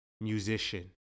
musician